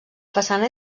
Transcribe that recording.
façana